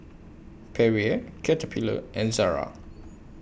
Perrier Caterpillar and Zara